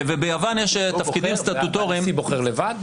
וביוון יש תפקידים סטטוטוריים --- והנשיא בוחר לבד?